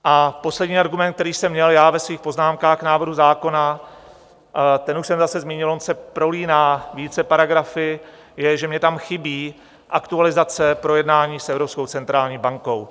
A poslední argument, který jsem měl já ve svých poznámkách k návrhu zákona, ten už jsem zase zmínil, on se prolíná více paragrafy, je, že mně tam chybí aktualizace projednání s Evropskou centrální bankou.